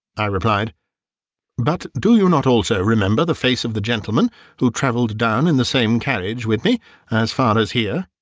i replied but do you not remember the face of the gentleman who travelled down in the same carriage with me as far as here?